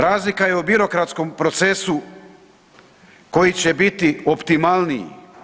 Razlika je u birokratskom procesu koji će biti optimalniji.